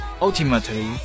ultimately